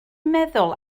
meddwl